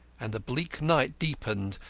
and the bleak night deepened,